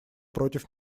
против